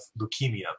leukemia